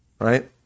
right